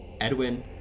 Edwin